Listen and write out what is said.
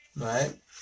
right